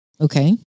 Okay